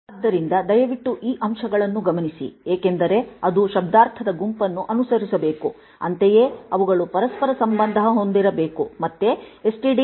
ಆದ್ದರಿಂದ ದಯವಿಟ್ಟು ಈ ಅಂಶಗಳನ್ನು ಗಮನಿಸಿ ಏಕೆಂದರೆ ಅದು ಶಬ್ದಾರ್ಥದ ಗುಂಪನ್ನು ಅನುಸರಿಸಬೇಕು ಅಂತೆಯೇ ಅವುಗಳು ಪರಸ್ಪರ ಸಂಬಂಧ ಹೊಂದಿರಬೇಕು ಮತ್ತೆ ಎಸ್ಟಿಡಿಐಓ